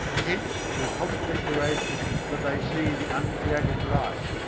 hence their constant declaration that they see the uncreated light,